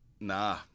Nah